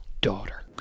daughter